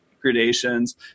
gradations